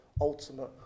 ultimate